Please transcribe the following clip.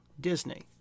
Disney